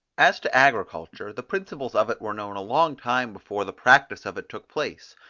as to agriculture, the principles of it were known a long time before the practice of it took place,